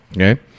Okay